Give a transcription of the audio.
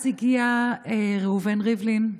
אז הגיע ראובן ריבלין,